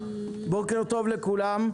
בוקר טוב לכולם.